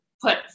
put